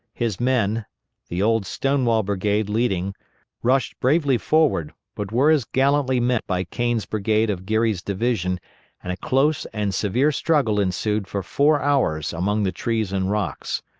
his men the old stonewall brigade leading rushed bravely forward, but were as gallantly met by kane's brigade of geary's division and a close and severe struggle ensued for four hours among the trees and rocks.